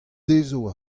dezho